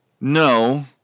No